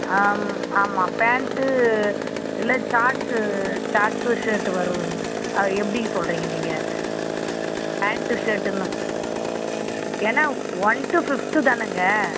ஆம் ஆமாம் பேண்ட் இல்லை ஷார்ட்ஸ் ஷார்ட்ஸ் ஷர்ட் வரும் அது எப்படி சொல்றிங்க நீங்கள் பேண்ட் ஷர்ட்டுன்னு எனா ஒன் டூ ஃபிஃப்த் தானங்க